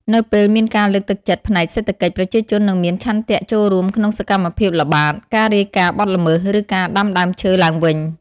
នៅពេលមានការលើកទឹកចិត្តផ្នែកសេដ្ឋកិច្ច ប្រជាជននឹងមានឆន្ទៈចូលរួមក្នុងសកម្មភាពល្បាត ការរាយការណ៍បទល្មើស ឬការដាំដើមឈើឡើងវិញ។